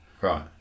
Right